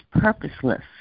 purposeless